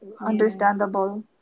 understandable